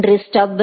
ஒன்று ஸ்டப்